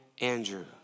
Andrew